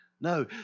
No